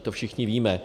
To všichni víme.